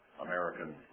American